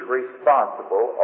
responsible